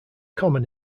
common